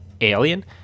Alien